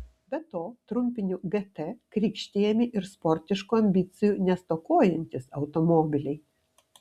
be to trumpiniu gt krikštijami ir sportiškų ambicijų nestokojantys automobiliai